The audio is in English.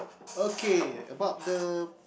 okay about the